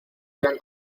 eran